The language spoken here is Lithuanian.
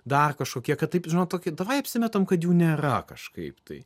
dar kažkokie kad taip žinot tokį davai apsimetam kad jų nėra kažkaip tai